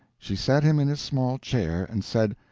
she set him in his small chair, and said,